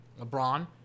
LeBron